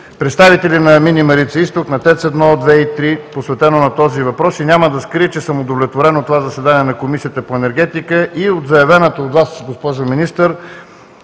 представители на мини „Марица изток“, на ТЕЦ 1, 2 и 3, посветено на този въпрос и няма да скрия, че съм удовлетворен от това заседание на Комисията по енергетика и от заявената от Вас, госпожо Министър,